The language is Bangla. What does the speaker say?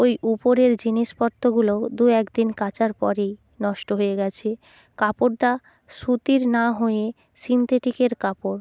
ওই উপরের জিনিসপত্রগুলো দু এক দিন কাচার পরেই নষ্ট হয়ে গেছে কাপড়টা সুতির না হয়ে সিন্থেটিকের কাপড়